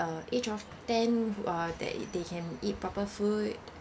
uh age of ten uh that eat they can eat proper food